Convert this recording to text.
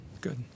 good